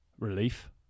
Relief